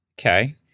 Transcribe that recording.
Okay